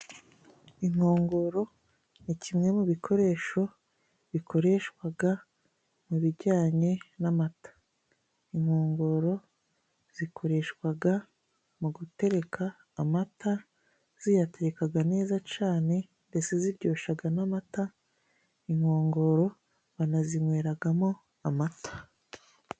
Inkongoro ni kimwe mu bikoresho bikoreshwaga mu bijyanye n'amata, inkongoro zikoreshwaga mu gutereka amata ziyaterekaga neza cane ndetse ziryoshaga n'amata, inkongoro banazinyweragamo amata.